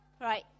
right